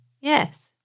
Yes